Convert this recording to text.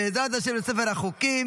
בעזרת השם, לספר החוקים.